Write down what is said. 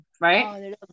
right